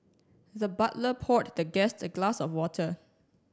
the butler poured the guest a glass of water